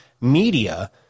media